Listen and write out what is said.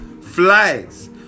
flies